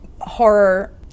horror